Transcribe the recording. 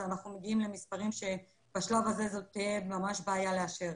אנחנו מגיעים למספרים שבשלב הזה זו תהיה ממש בעיה לאשר.